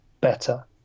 better